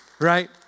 right